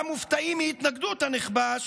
גם מופתעים מהתנגדות הנכבש,